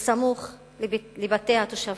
סמוך לבתי התושבים.